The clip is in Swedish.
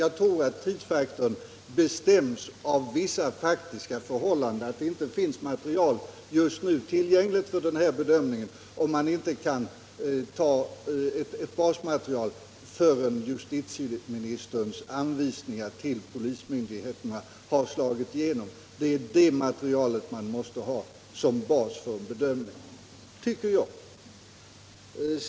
Jag tror att tidsfaktorn bestäms av vissa faktiska förhållanden — att det inte finns material tillgängligt just nu för den här bedömningen, om man inte kan ta ett basmaterial förrän justitieministerns anvisningar till polismyndigheterna har slagit igenom. Det är det materialet man måste ha som bas för bedömningen, tycker jag.